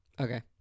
Okay